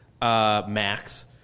max